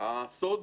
זה הסוד